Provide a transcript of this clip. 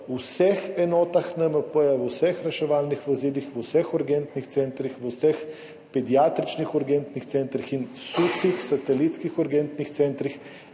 v vseh enotah NMP, v vseh reševalnih vozilih, v vseh urgentnih centrih, v vseh pediatričnih urgentnih centrih in SUC-ih, satelitskih urgentnih centrih,